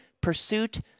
pursuit